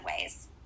ways